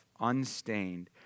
unstained